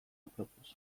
apropos